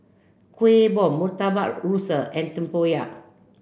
Kueh Bom Murtabak Rusa and Tempoyak